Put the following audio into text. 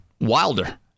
Wilder